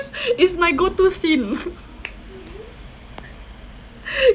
it's my go to scene